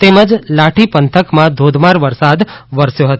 તેમજ લાઠી પંથકમાં ધોધમાર વરસાદ વરસ્યો હતો